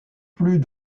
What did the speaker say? plus